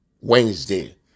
wednesday